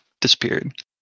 Disappeared